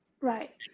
right